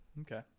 Okay